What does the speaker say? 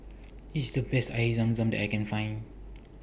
This IS The Best Air Zam Zam that I Can Find